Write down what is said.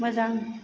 मोजां